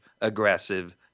aggressive